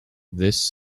this